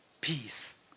peace